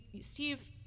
Steve